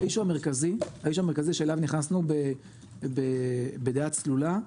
האישיו המרכזי שאליו נכנסנו בדעה צלולה,